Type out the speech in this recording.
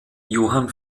johann